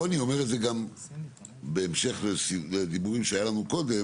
פה אני אומר את זה גם בהמשך לדיבורים שהיו לנו קודם,